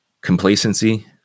complacency